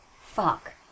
Fuck